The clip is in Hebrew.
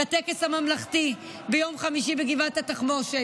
לטקס הממלכתי ביום חמישי בגבעת התחמושת.